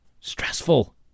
Stressful